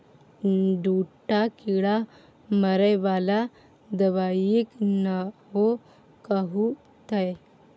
दूटा कीड़ा मारय बला दबाइक नाओ कहू तए